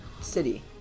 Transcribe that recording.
city